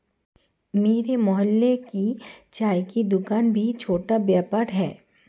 मेरे मोहल्ले की चाय की दूकान भी छोटा व्यापार है